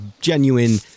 genuine